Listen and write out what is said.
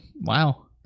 Wow